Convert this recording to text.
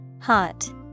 Hot